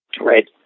Right